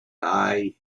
eye